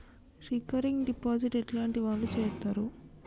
Recurring deposit ఎట్లాంటి వాళ్లు చేత్తరు?